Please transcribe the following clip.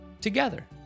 together